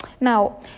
Now